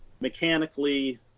mechanically